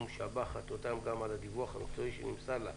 ומשבחת אותם גם על הדיווח המקצועי שנמסר לה.